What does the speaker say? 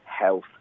health